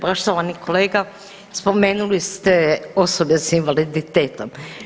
Poštovani kolega spomenuli ste osobe sa invaliditetom.